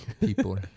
people